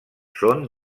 són